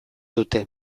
dute